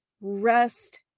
rest